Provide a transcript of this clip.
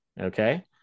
Okay